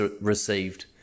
received